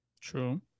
True